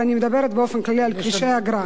אבל אני מדברת באופן כללי על כבישי אגרה.